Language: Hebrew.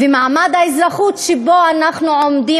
ומעמד האזרחות שבו אנחנו עומדים,